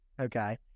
Okay